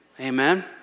amen